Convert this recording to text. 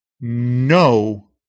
no